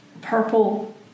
purple